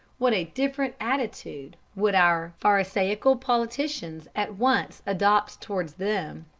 what a different attitude would our pharisaical politicians at once adopt towards them!